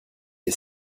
est